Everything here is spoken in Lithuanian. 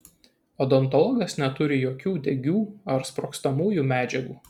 odontologas neturi jokių degių ar sprogstamųjų medžiagų